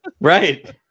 Right